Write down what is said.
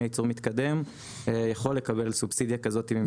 ייצור מתקדם יכול לקבל סובסידיה שכזו.